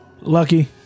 Lucky